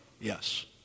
Yes